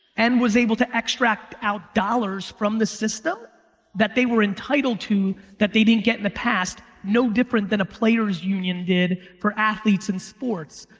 and was able to extract extract out dollars from the system that they were entitled to that they didn't get in the past, no different than a players union did for athletes and sports.